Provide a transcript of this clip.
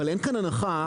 אבל אין כאן הנחה,